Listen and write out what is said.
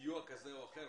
סיוע כזה או אחר,